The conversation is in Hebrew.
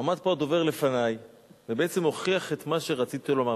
עמד פה הדובר לפני ובעצם הוכיח את מה שרציתי לומר.